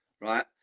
right